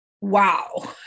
Wow